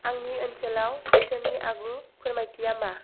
आंनि ओनसोलाव बोथोरनि आगु फोरमायथिआ मा